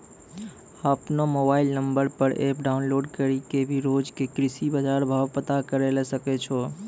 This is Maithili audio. आपनो मोबाइल नंबर पर एप डाउनलोड करी कॅ भी रोज के कृषि बाजार भाव पता करै ल सकै छो